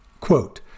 Quote